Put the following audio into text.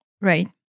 Right